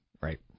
Right